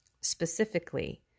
Specifically